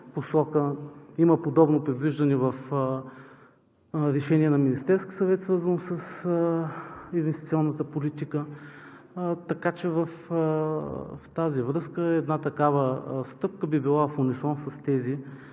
Има подобно ... в решение на Министерския съвет, свързано с инвестиционната политика, така че в тази връзка една такава стъпка би била в унисон с тези